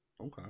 Okay